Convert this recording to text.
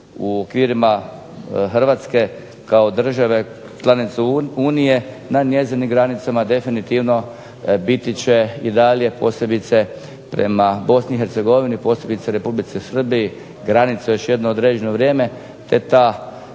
u okvirima Hrvatske kao države članice Unije na njezinim granicama definitivno biti će i dalje posebice prema BiH, posebice Republici Srbiji granice još jedno određeno vrijeme te to